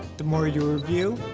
the more you review,